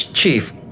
Chief